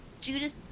Judith